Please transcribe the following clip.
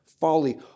folly